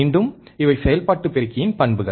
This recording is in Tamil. மீண்டும் இவை செயல்பாட்டு பெருக்கியின் பண்புகள்